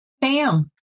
Pam